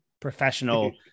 professional